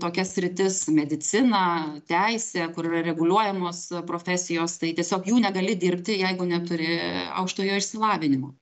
tokia sritis medicina teisė kur yra reguliuojamos profesijos tai tiesiog jų negali dirbti jeigu neturi aukštojo išsilavinimo